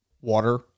water